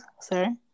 sir